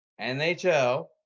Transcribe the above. NHL